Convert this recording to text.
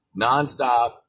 nonstop